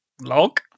Log